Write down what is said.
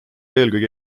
eelkõige